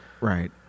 Right